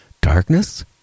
darkness